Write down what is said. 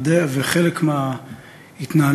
הכנסת בועז טופורובסקי.